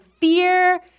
fear